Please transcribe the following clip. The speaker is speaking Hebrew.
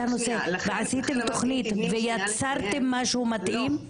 הנושא ועשיתם תוכנית ויצרתם משהו מתאים?